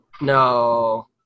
No